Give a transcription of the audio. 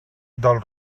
del